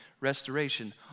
restoration